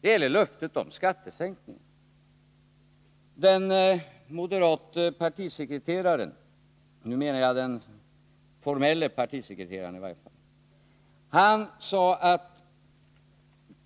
Den gäller löftet om skattesänkning. Den moderate partisekreteraren — nu menar jag den formelle partisekreteraren — sade att